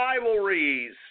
rivalries